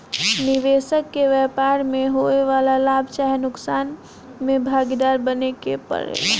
निबेसक के व्यापार में होए वाला लाभ चाहे नुकसान में भागीदार बने के परेला